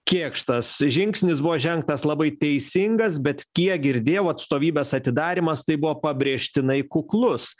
kėkštas žingsnis buvo žengtas labai teisingas bet kiek girdėjau atstovybės atidarymas tai buvo pabrėžtinai kuklus